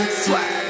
Swag